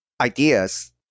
ideas